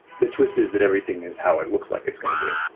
the twist is that everything is how it looks like it's going to be.